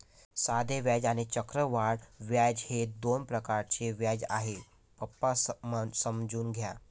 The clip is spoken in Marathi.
साधे व्याज आणि चक्रवाढ व्याज हे दोन प्रकारचे व्याज आहे, पप्पा समजून घ्या